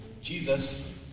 Jesus